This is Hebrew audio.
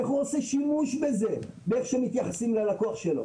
איך הוא עושה שימוש באיך שמתייחסים ללקוח שלו?